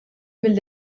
mill